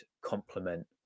complement